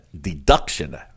deduction